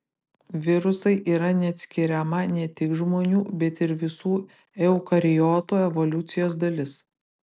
virusai yra neatskiriama ne tik žmonių bet ir visų eukariotų evoliucijos dalis